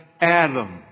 Adam